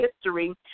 history